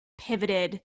pivoted